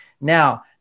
Now